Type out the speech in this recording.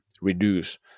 reduce